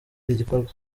igikorwa